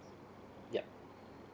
yup